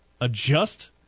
adjust